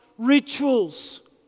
rituals